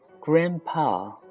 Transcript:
Grandpa